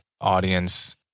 audience